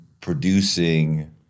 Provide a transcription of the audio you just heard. producing